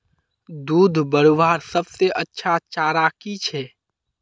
दूध बढ़वार सबसे अच्छा चारा की छे?